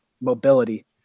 mobility